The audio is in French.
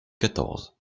quatorze